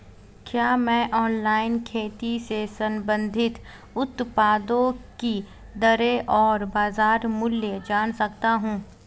क्या मैं ऑनलाइन खेती से संबंधित उत्पादों की दरें और बाज़ार मूल्य जान सकता हूँ?